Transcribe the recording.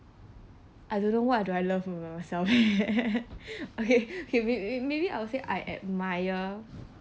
I don't know what do I love about myself okay okay may~ may~ maybe I will say I admire